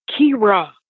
Kira